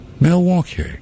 Milwaukee